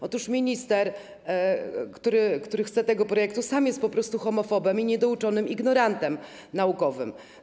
Otóż minister, który chce tego projektu, sam jest po prostu homofobem i niedouczonym ignorantem naukowym.